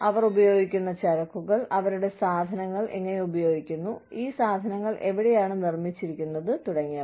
അവർ ഉപയോഗിക്കുന്ന ചരക്കുകൾ അവരുടെ സാധനങ്ങൾ എങ്ങനെ ഉപയോഗിക്കുന്നു ഈ സാധനങ്ങൾ എവിടെയാണ് നിർമ്മിച്ചിരിക്കുന്നത് തുടങ്ങിയവ